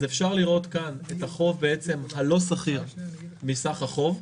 אז אפשר לראות כאן את החוב הלא סחיר מסך החוב,